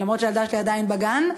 למרות שהילדה שלי עדיין בגן.